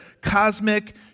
cosmic